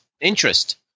interest